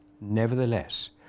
Nevertheless